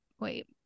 Wait